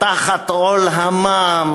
תחת עול המע"מ,